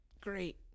Great